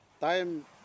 Time